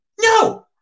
No